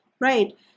Right